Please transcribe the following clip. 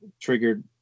triggered